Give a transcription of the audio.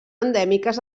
endèmiques